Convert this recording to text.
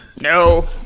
No